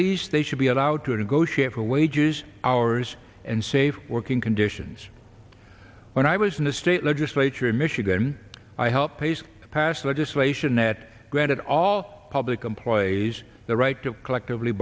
least they should be allowed to negotiate for wages hours and safe working conditions when i was in the state legislature in michigan i helped pays to pass legislation that granted all public and plays the right to collectively